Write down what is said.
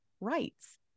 rights